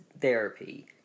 therapy